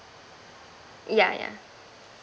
yeah yeah